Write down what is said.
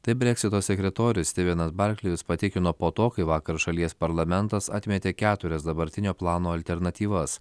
tai breksito sekretorius stivenas barklėjus patikino po to kai vakar šalies parlamentas atmetė keturias dabartinio plano alternatyvas